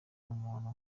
umuntu